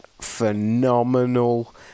phenomenal